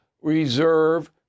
reserve